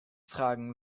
tragen